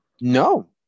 No